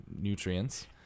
nutrients